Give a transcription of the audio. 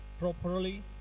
properly